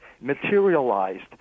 materialized